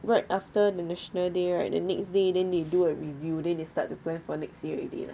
right after the national day right the next day then they do a review then they start to plan for next year already ah